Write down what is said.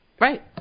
Right